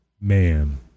Man